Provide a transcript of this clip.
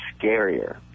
scarier